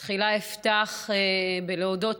תחילה אפתח בלהודות לך,